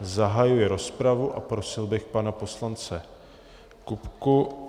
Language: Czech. Zahajuji rozpravu a prosil bych pana poslance Kupku.